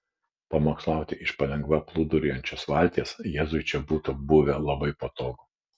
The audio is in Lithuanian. pamokslauti iš palengva plūduriuojančios valties jėzui čia būtų buvę labai patogu